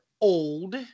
old